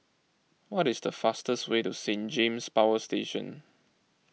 what is the fastest way to Saint James Power Station